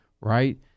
right